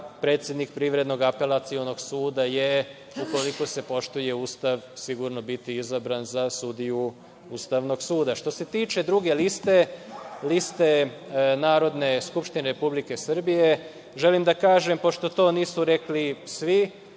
predsednik Privrednog Apelacionog suda. Ukoliko se poštuje Ustav, sigurno će biti izabran za sudiju Ustavnog suda. Što se tiče druge liste, liste Narodne skupštine Republike Srbije, želim da kažem, pošto to nisu rekli svi,